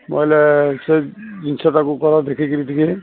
ନ ହେଲେ ସେ ଜିନିଷଟାକୁ କର ଦେଖି କରି ଟିକେ